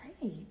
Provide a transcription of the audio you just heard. Great